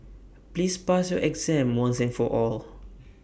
please pass your exam once and for all